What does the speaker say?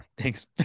Thanks